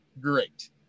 great